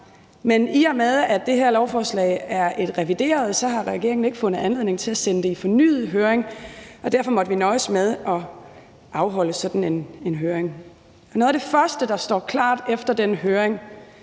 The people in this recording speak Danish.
men i og med at det her lovforslag er et revideret lovforslag, har regeringen ikke fundet anledning til at sende det i fornyet høring, og derfor måtte vi nøjes med at afholde sådan en høring. Noget af det første, der står klart efter den høring,